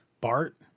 Bart